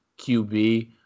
QB